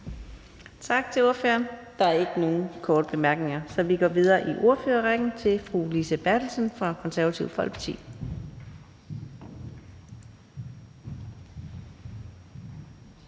Tak til ordføreren. Der er ikke nogen korte bemærkninger, så vi går videre i ordførerrækken til fru Lise Bertelsen fra Det Konservative Folkeparti.